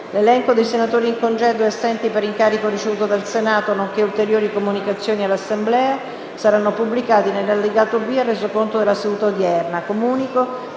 L'elenco dei senatori in congedo e assenti per incarico ricevuto dal Senato, nonché ulteriori comunicazioni all'Assemblea saranno pubblicati nell'allegato B al Resoconto della seduta odierna.